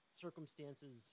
circumstances